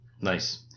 Nice